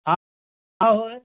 हाँ और